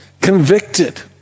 convicted